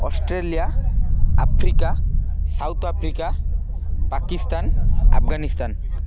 Australia Africa South Africa Pakistan Afghanistan